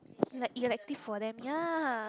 like elective for them ya